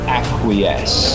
acquiesce